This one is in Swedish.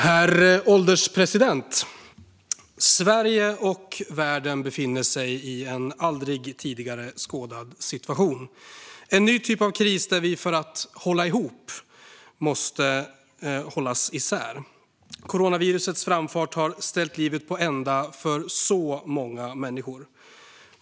Herr ålderspresident! Sverige och världen befinner sig i en aldrig tidigare skådad situation. Det är en ny typ av kris där vi, för att hålla ihop, måste hållas isär. Coronavirusets framfart har ställt livet på ända för många människor.